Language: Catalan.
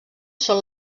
són